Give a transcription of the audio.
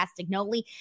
Castagnoli